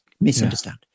misunderstand